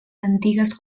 antigues